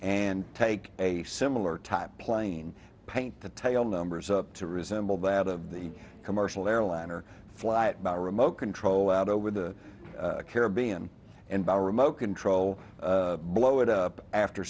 and take a similar type plane paint the tail numbers to resemble that of the commercial airliner flight by remote control out over the caribbean and by remote control blow it up after